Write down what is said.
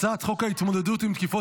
אני קובע כי הצעת חוק העונשין (תיקון מס' 152) (תקיפת